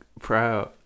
proud